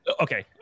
Okay